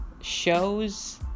shows